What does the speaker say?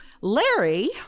Larry